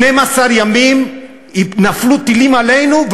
12 ימים נפלו טילים עלינו,